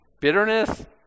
Bitterness